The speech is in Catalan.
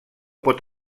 pot